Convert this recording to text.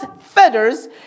feathers